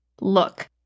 Look